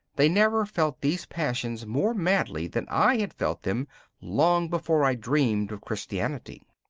they never felt these passions more madly than i had felt them long before i dreamed of christianity.